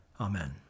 Amen